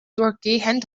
durchgehend